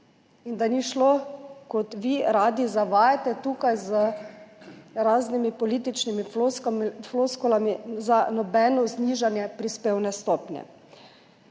in da ni šlo, kot vi radi zavajate tukaj z raznimi političnimi floskulami, za nobeno znižanje prispevne stopnje.